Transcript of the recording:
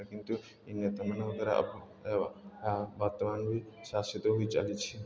କିନ୍ତୁ ଏହି ନେତାମାନଙ୍କ ଦ୍ୱାରା ବର୍ତ୍ତମାନ୍ ବି ଶାସିତ ହୋଇ ଚାଲିଛି